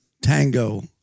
Tango